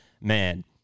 man